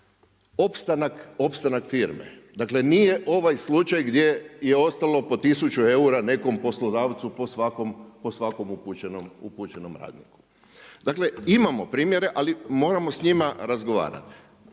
opstanak firme, dakle nije ovaj slučaj gdje je ostalo po 1000 eura nekom poslodavcu po svakom upućenom radniku. Dakle, imamo primjere ali moramo s njima razgovarati.